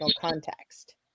context